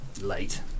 late